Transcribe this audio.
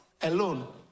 alone